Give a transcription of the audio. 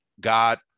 God